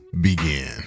begin